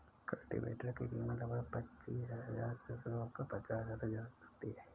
cultivator की कीमत लगभग पचीस हजार से शुरू होकर पचास हजार तक होती है